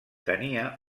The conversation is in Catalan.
tenia